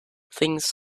things